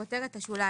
(1) בכותרת השוליים,